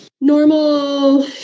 normal